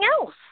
else